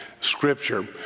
scripture